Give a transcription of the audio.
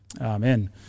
Amen